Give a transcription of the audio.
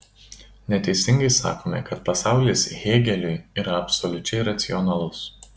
neteisingai sakome kad pasaulis hėgeliui yra absoliučiai racionalus